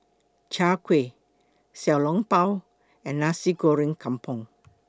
Chai Kueh Xiao Long Bao and Nasi Goreng Kampung